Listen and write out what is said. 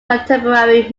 contemporary